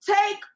Take